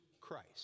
Christ